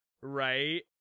Right